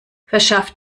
verschaff